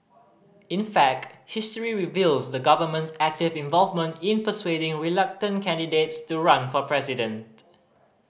in fact history reveals the government's active involvement in persuading reluctant candidates to run for president